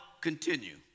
continue